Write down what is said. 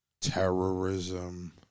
Terrorism